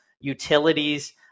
utilities